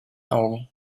augen